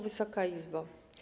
Wysoka Izbo!